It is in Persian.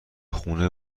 خونه